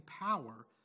power